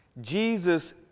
Jesus